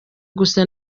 gusa